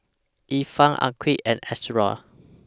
Irfan Aqil and Ashraff